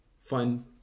fun